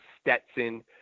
Stetson